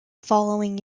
following